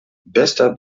bester